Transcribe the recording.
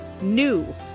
NEW